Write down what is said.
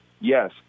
Yes